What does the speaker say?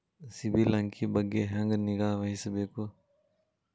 ಸಿಬಿಲ್ ಅಂಕಿ ಬಗ್ಗೆ ಹೆಂಗ್ ನಿಗಾವಹಿಸಬೇಕು?